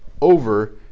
over